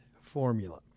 formula